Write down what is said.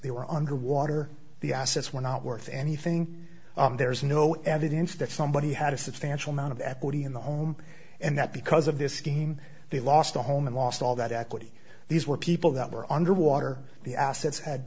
they were underwater the assets were not worth anything there is no evidence that somebody had a substantial amount of equity in the home and that because of this scheme they lost a home and lost all that equity these were people that were underwater the assets had